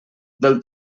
del